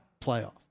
playoff